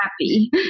happy